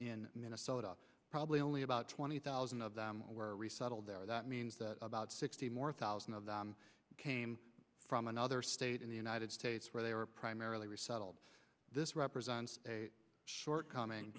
in minnesota probably only about twenty thousand of them were resettled there that means that about sixty more thousand of them came from another state in the united states where they were primarily resettled this represents a shortcoming